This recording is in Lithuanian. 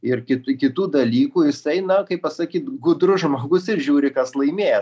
ir kit kitų dalykų jisai na kaip pasakyt gudrus žmogus ir žiūri kas laimės